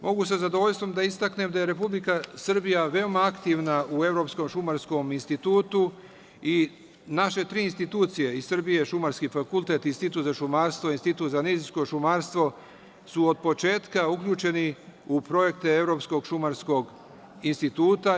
Mogu sa zadovoljstvom da istaknem da je Republika Srbija veoma aktivna u Evropskom šumarskom institutu i naše tri institucije iz Srbije – Šumarski fakultet, Institut za šumarstvo i Institut za nizijsko šumarstvo su od početka uključeni u projekte Evropskog šumarskog instituta.